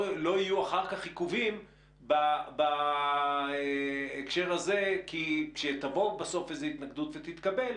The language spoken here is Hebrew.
יהיו אחר כך עיכובים בהקשר הזה כי כשתבוא בסוף איזו התנגדות ותתקבל,